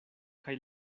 kaj